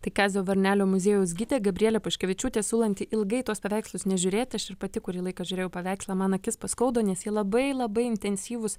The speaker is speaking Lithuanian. tai kazio varnelio muziejaus gide gabrielė paškevičiūtė siūlanti ilgai į tuos paveikslus nežiūrėti aš ir pati kurį laiką žiūrėjau paveikslą man akis paskaudo nes jie labai labai intensyvūs